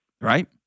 Right